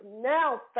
now